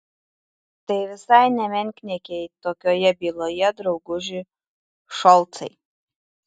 tai visai ne menkniekiai tokioje byloje drauguži šolcai